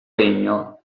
regno